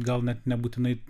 gal net nebūtinai